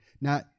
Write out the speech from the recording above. Now